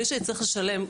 מי שתצטרכנה לשלם.